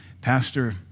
Pastor